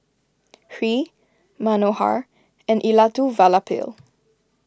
Hri Manohar and Elattuvalapil